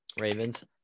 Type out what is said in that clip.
Ravens